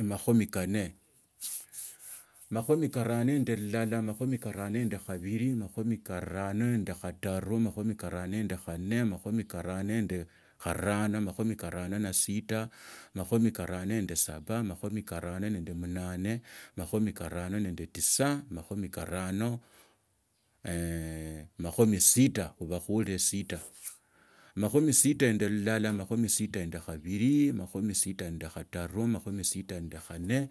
Amakhumi kanne nmakhumi karano nende ilala amakhumi karano nende kabili amakhumi karano nende kataru amakhumi karano nende kanne amakhumi karano nende karano amakhumi karano nende sita amakhumi karano nende saba amakhumi karano nende mnane amakhumi karano nende tisa amakhumi sita khuba khurire sita amakhumi sita nende ilala amakhumi sita nende kabili amakhumi sita nende katalu amakhumi sita nende kanne